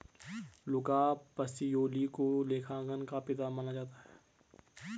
लुका Pacioli को लेखांकन का पिता माना जाता है